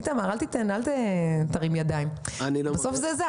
איתמר, אל תרים ידיים, בסוף זה זז.